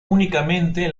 únicamente